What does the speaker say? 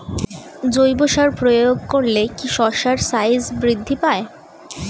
জৈব সার প্রয়োগ করলে কি শশার সাইজ বৃদ্ধি পায়?